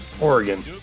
Oregon